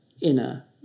inner